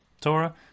Torah